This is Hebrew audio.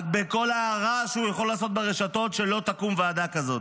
בכל הרעש שהוא יכול לעשות ברשתות שלא תקום ועדה כזאת,